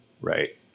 right